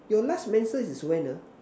your last menses is when ah